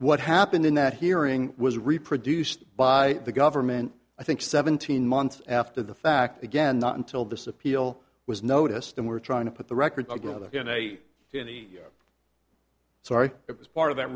what happened in that hearing was reproduced by the government i think seventeen months after the fact again not until this appeal was noticed and we're trying to put the record together in a in the sorry it's part of that